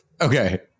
Okay